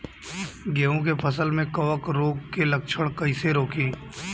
गेहूं के फसल में कवक रोग के लक्षण कईसे रोकी?